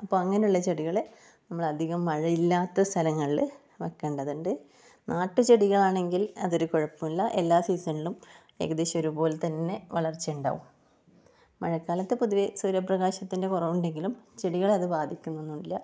അപ്പോൾ അങ്ങനുള്ള ചെടികളെ നമ്മളധികം മഴയില്ലാത്ത സ്ഥലങ്ങൾല് വയ്ക്കേണ്ടതുണ്ട് നാട്ടു ചെടികളാണെങ്കിൽ അതൊര് കുഴപ്പമില്ല എല്ലാ സീസണിലും ഏകദേശം ഒരുപോലെതന്നെ വളർച്ചയുണ്ടാവും മഴക്കാലത്ത് പൊതുവെ സൂര്യപ്രകാശത്തിൻ്റെ കുറവുണ്ടെങ്കിലും ചെടികളെ അത് ബാധിക്കുന്നൊന്നുല്ല